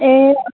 ए